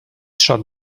shut